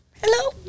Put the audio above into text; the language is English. Hello